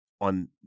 on